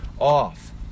off